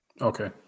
okay